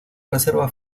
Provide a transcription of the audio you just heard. reserva